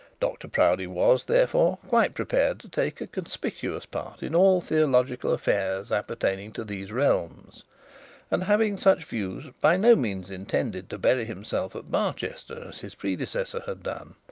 dr proudie was, therefore, quite prepared to take a conspicuous part in all theological affairs appertaining to these realms and having such views, by no means intended to bury himself at barchester as his predecessor had done.